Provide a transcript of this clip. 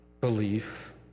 belief